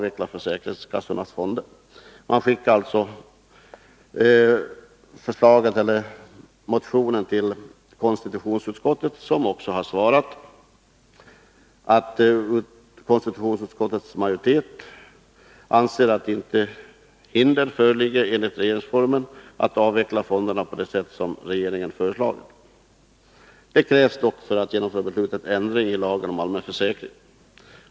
Utskottet skickade alltså motionen till konstitutionsutskottet, som också svarade att konstitutionsutskottets majoritet anser att det inte enligt regeringsformen föreligger hinder för att avveckla fonderna på det sätt som regeringen föreslagit. För att genomföra beslutet krävs dock ändring i lagen om allmän försäkring.